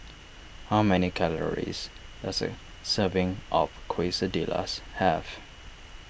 how many calories does a serving of Quesadillas have